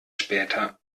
später